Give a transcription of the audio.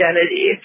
identity